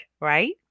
right